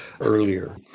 earlier